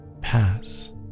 pass